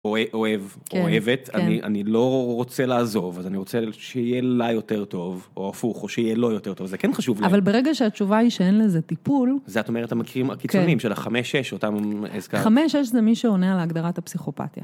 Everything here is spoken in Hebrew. אוהב אוהבת, אני אני לא רוצה לעזוב, אז אני רוצה שיהיה לה יותר טוב או הפוך, או שיהיה לו יותר טוב, זה כן חשוב. אבל ברגע שהתשובה היא שאין לזה טיפול. זאת אומרת המקרים הקיצונים של החמש-שש, אותם... חמש-שש זה מי שעונה להגדרת הפסיכופתיה.